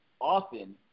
often